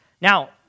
Now